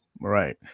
Right